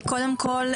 קודם כל,